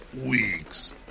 weeks